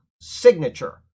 signature